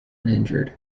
uninjured